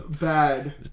Bad